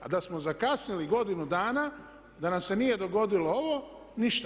A da smo zakasnili godinu dana, da nam se nije dogodilo ovo ništa.